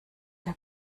der